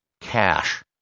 cash